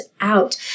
out